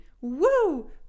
woo